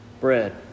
bread